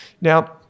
Now